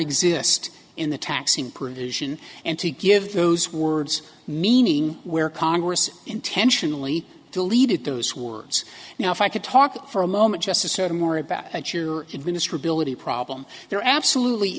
exist in the taxing provision and to give those words meaning where congress intentionally he deleted those words now if i could talk for a moment just to sort of more about administer ability problem there absolutely